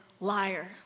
liar